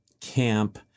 camp